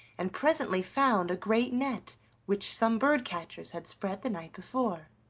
and presently found a great net which some bird-catchers had spread the night before.